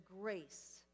grace